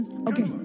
Okay